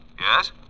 Yes